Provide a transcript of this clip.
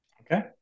Okay